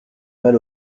mal